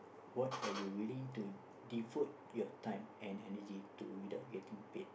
what are you willing to devote your time and energy to without getting paid